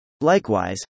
Likewise